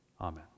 Amen